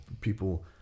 people